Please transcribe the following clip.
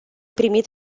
primit